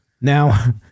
now